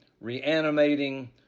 reanimating